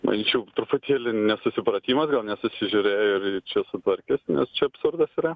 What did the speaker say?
manyčiau truputėlį nesusipratimas gal nesusižiūrėjo ir ir čia sutvarkys nes čia absurdas yra